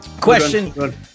Question